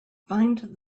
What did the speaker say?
find